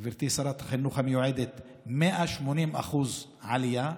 גברתי, שרת החינוך המיועדת, 180% עלייה,